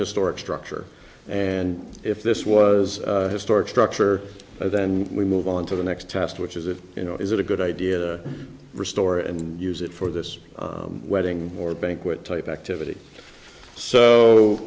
historic structure and if this was historic structure then we move on to the next task which is if you know is it a good idea to restore and use it for this wedding or banquet type activity so